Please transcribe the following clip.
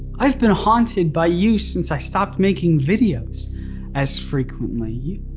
i've been haunted by you since i stopped making videos as frequently. you